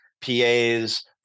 PAs